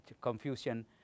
Confucian